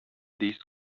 these